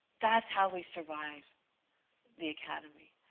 that's how we survive the academy.